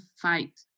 fight